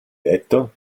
detto